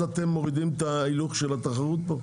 אתם מורידים את ההילוך של התחרות פה?